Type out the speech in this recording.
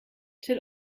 till